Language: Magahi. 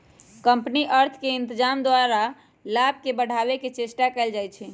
कंपनी अर्थ के इत्जाम द्वारा लाभ के बढ़ाने के चेष्टा कयल जाइ छइ